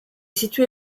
situé